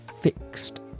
fixed